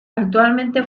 actualmente